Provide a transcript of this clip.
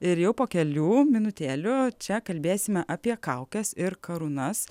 ir jau po kelių minutėlių čia kalbėsime apie kaukes ir karūnas